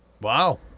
Wow